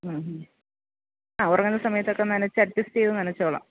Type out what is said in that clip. മ്മ് ഹും ആ ഉറങ്ങുന്ന സമയത്തൊക്കെ നനച്ചു അഡ്ജസ്റ്റെ് ചെയ്തു നനച്ചോളാം